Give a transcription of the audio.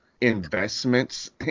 investments